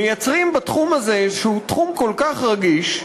מייצרים בתחום הזה, שהוא תחום כל כך רגיש,